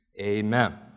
Amen